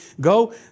go